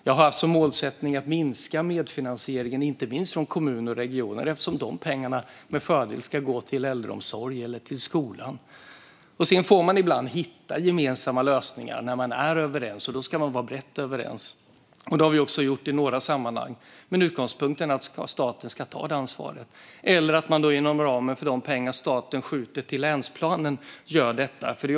Jag har haft som målsättning att minska medfinansieringen, inte minst från kommuner och regioner eftersom de pengarna med fördel ska gå till äldreomsorgen eller skolan. Sedan får man ibland hitta gemensamma lösningar när man är överens, och då ska man vara brett överens. Det har vi också gjort i några sammanhang, men utgångspunkten är att staten ska ta det ansvaret eller att man inom ramen för de pengar som staten skjuter till länsplanen gör detta.